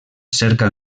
cerca